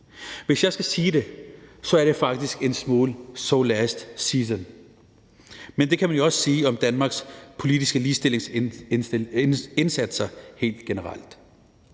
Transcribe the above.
Hvis jeg skal sige det, er det faktisk en smule so last season, men det kan man også sige om Danmarks politiske ligestillingsindsatser helt generelt.